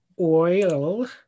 oil